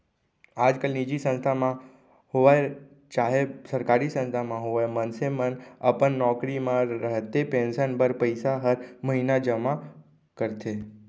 आजकाल निजी संस्था म होवय चाहे सरकारी संस्था म होवय मनसे मन अपन नौकरी म रहते पेंसन बर पइसा हर महिना जमा करथे